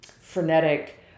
frenetic